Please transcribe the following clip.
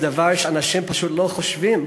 אנשים פשוט לא חושבים